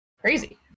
crazy